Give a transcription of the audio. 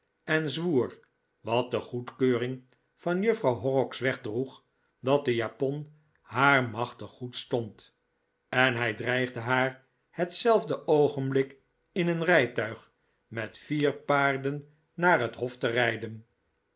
juffrouw horrocks wegdroeg dat de japon haar machtig goed stond en hij dreigde haar hetzelfde oogenblik in een rijtuig met vier paarden naar het hof te rijden